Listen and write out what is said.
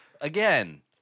Again